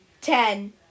Ten